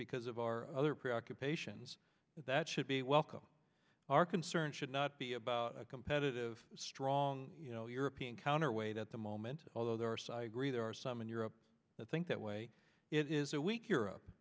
because of our other preoccupations that should be welcome our concern should not be about a competitive strong you know european counterweight at the moment although there are so i agree there are some in europe that think that way it is a weak europe